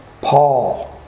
Paul